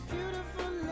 Beautiful